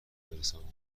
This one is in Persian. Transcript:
برسانیم